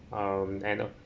um and a